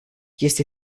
este